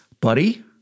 buddy